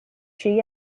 she